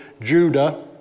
Judah